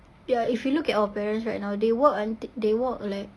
ya if you look at our parents right now they work unt~ they work like